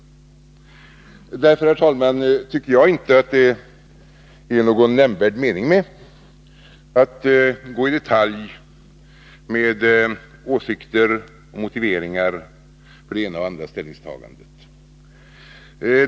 Herr talman! Av denna anledning tycker jag inte att det är någon nämnvärd mening med att gå in i detalj med åsikter och motiveringar för det ena eller andra ställningstagandet.